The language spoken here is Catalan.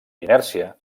inèrcia